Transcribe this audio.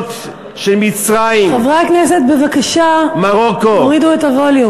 חברי הכנסת, בבקשה, תורידו את הווליום.